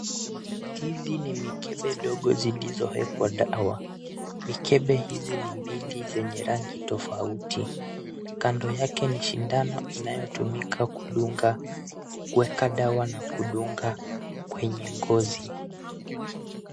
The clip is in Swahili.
Hizi ni mikebe ndogo zilizowekwa dawa. Mikebe hizi ni mbili zenye rangi tofauti. Kando yake ni sindano inayotumika kudunga, kuweka dawa na kudunga kwenye ngozi.